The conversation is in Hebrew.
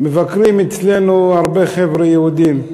מבקרים אצלנו הרבה חבר'ה יהודים,